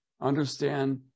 understand